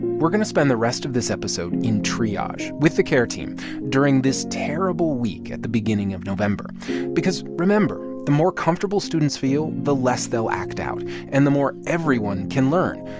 we're going to spend the rest of this episode in triage with the care team during this terrible week at the beginning of november because, remember, the more comfortable students feel, the less they'll act out and the more everyone can learn,